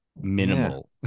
minimal